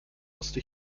musste